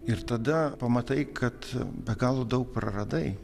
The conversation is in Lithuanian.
ir tada pamatai kad be galo daug praradai